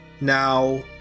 Now